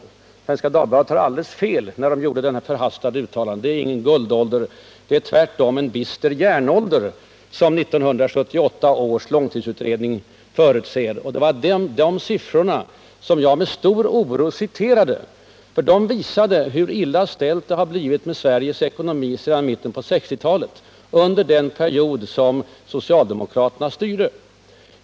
Men Svenska Dagbladet tog alldeles fel när den gjorde det förhastade uttalandet. Det är ingen guldålder LU 78 förutser. Det är tvärtom en bister järnålder. Och det var dess kalla siffror som jag med stor oro citerade. De visar nämligen hur illa ställt det blivit med Sveriges ekonomi sedan mitten på 1960-talet, dvs. under den period som socialdemokraterna styrde.